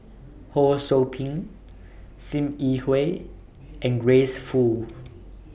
Ho SOU Ping SIM Yi Hui and Grace Fu